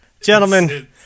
Gentlemen